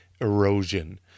erosion